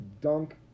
dunk